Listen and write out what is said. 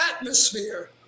atmosphere